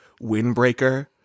windbreaker